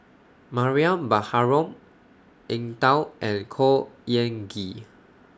Mariam Baharom Eng Tow and Khor Ean Ghee